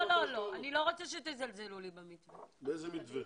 לא, אני לא רוצה שתזלזלו לי במתווה שבנינו.